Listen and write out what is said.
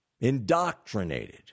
indoctrinated